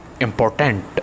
important